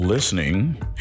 Listening